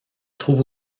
trouve